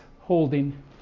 holding